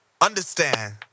understand